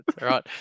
right